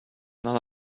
none